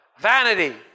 Vanity